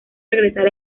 regresar